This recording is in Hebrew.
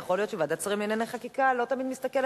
יכול להיות שוועדת שרים לענייני חקיקה לא תמיד מסתכלת